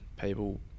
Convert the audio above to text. people